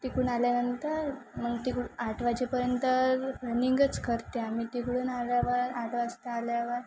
तिकडून आल्यानंतर मग तिकडून आठ वाजेपर्यंत रनिंगच करते आम्ही तिकडून आल्यावर आठ वाजता आल्यावर